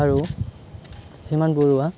আৰু হিমান বৰুৱা